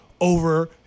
over